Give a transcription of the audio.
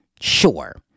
Sure